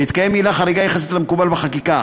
בהתקיים עילה חריגה יחסית למקובל בחקיקה,